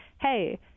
hey